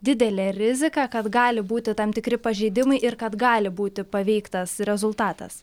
didelė rizika kad gali būti tam tikri pažeidimai ir kad gali būti paveiktas rezultatas